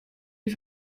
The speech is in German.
die